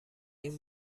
این